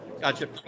Gotcha